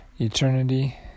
eternity